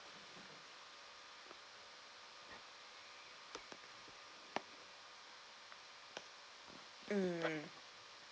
mm